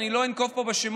ואני לא אנקוב פה בשמות,